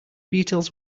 beatles